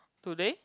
today